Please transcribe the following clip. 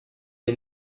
est